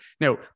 Now